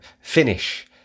finish